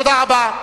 תודה רבה.